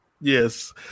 Yes